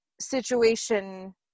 situation